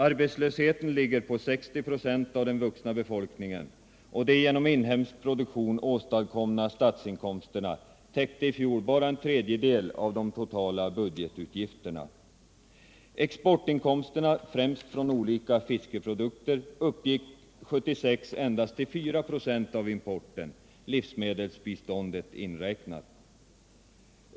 Arbetslösheten ligger på 60 26 av den vuxna befolkningen, och de genom inhemsk produktion åstadkomna statsinkomsterna täckte i fjol bara en tredjedel av de totala budgetutgifterna. Exportinkomsterna, främst från olika fiskeprodukter, uppgick 1976 endast till 4 26 av importen, livsmedelsbiståndet inräknat.